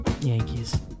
Yankees